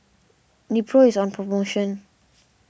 Nepro is on promotion